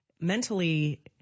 mentally